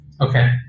Okay